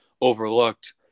overlooked